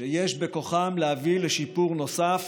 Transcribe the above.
שיש בכוחם להביא לשיפור נוסף,